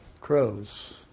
crows